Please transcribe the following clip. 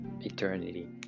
eternity